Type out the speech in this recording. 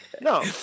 No